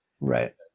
right